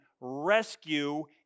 rescue